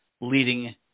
leading